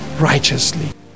righteously